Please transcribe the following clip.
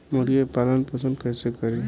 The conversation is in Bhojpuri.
मुर्गी के पालन पोषण कैसे करी?